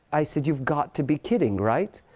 i said, you've got to be kidding, right?